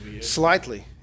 Slightly